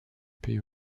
pays